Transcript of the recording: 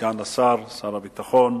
סגן שר הביטחון,